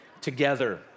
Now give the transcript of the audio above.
together